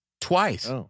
twice